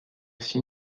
aussi